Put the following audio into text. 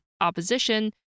opposition